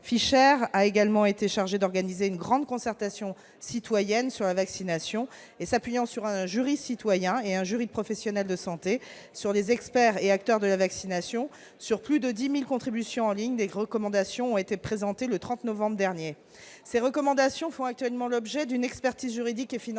Fischer, a également été chargé d'organiser une grande concertation citoyenne sur la vaccination en s'appuyant sur un jury citoyen et un jury de professionnels de santé, ainsi que sur les experts et acteurs de la vaccination. Après plus de 10 000 contributions en ligne, des recommandations ont été présentées le 30 novembre dernier. Celles-ci font actuellement l'objet d'une expertise juridique et financière